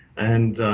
and